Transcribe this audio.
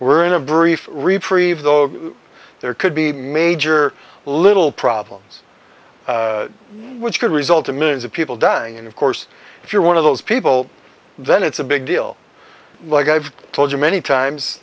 we're in of brief reprieve though there could be major little problems which could result in millions of people dying and of course if you're one of those people then it's a big deal like i've told you many times